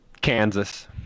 Kansas